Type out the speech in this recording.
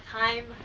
time